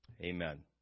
Amen